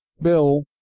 Bill